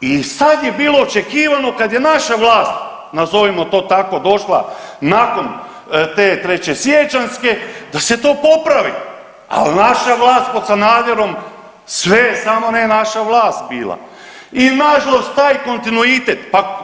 I sad je bilo očekivano kad je naša vlast nazovimo to tako došla nakon te trećesiječanjske da se to popravi, al naša vlast pod Sanaderom sve je samo ne naša vlast bila i nažalost taj kontinuitet, pa